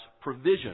provision